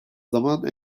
zaman